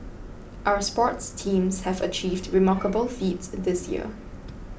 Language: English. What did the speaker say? our sports teams have achieved remarkable feats this year